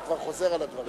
אתה כבר חוזר על הדברים.